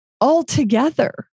altogether